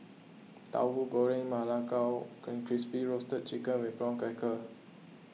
Tahu Goreng Ma Lai Gao and Crispy Roasted Chicken with Prawn Crackers